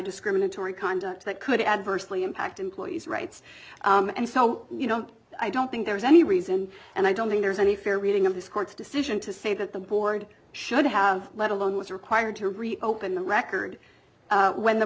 discriminatory conduct that could adversely impact employee's rights and so you know i don't think there is any reason and i don't think there's any fair reading of this court's decision to say that the board should have let alone was required to reopen the record when the